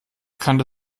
kannte